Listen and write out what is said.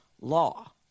law